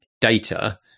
data –